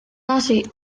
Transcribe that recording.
nasi